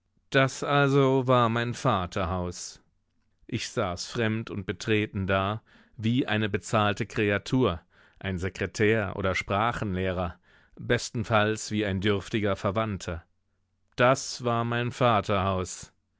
das also war mein vaterhaus ich saß fremd und betreten da wie eine bezahlte kreatur ein sekretär oder sprachenlehrer bestenfalls wie ein dürftiger verwandter das war mein vaterhaus ich